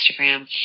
Instagram